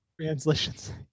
translations